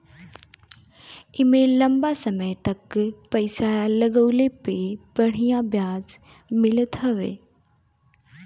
एमे लंबा समय तक पईसा लगवले पे बढ़िया ब्याज मिलत हवे